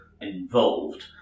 involved